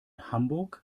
hamburg